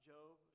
Job